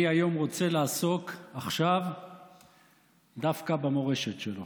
אני היום רוצה לעסוק עכשיו דווקא במורשת שלו.